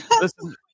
Listen